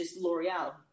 L'Oreal